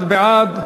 41 בעד,